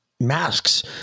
masks